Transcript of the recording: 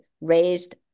raised